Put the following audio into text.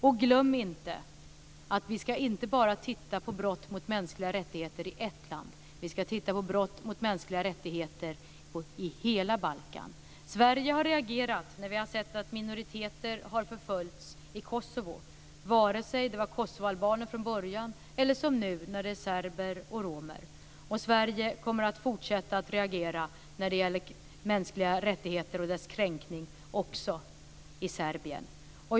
Och glöm inte att vi inte bara ska titta på brott mot mänskliga rättigheter i ett land! Vi ska titta på brott mot mänskliga rättigheter i hela Balkan. Vi i Sverige har reagerat när vi har sett att minoriteter har förföljts i Kosovo, oavsett om det har varit kosovoalbaner, som det var från början eller serber och romer, som det är nu. Och Sverige kommer att fortsätta att reagera när det gäller kränkning av mänskliga rättigheter också i Serbien.